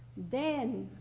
then,